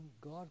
God